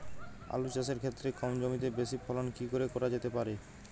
আলু চাষের ক্ষেত্রে কম জমিতে বেশি ফলন কি করে করা যেতে পারে?